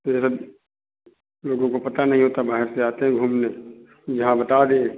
फिर जैसे लोगों को पता नहीं होता बाहर से आते हैं घूमने यहाँ बता दें